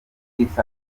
east